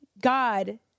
God